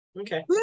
okay